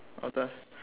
of the